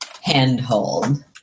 handhold